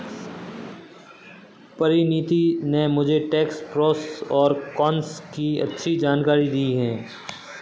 परिनीति ने मुझे tax pros और कोन्स की अच्छी जानकारी दी है